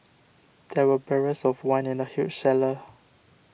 there were barrels of wine in the huge cellar